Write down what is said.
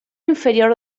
inferior